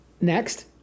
Next